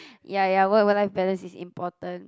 ya ya work life balance is important